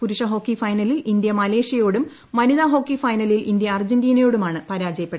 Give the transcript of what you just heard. പുരുഷ ഹോക്കി ഫൈനലിൽ ഇന്ത്യ മലേഷ്യയോടും വനിതാ ഹോക്കി ഫൈനലിൽ ഇന്ത്യ അർജന്റീനയോടുമാണ് പരാജയപ്പെട്ടത്